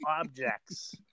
objects